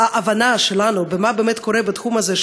ההבנה שלנו את מה שבאמת קורה בתחום הזה,